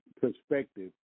perspective